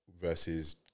versus